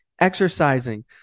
exercising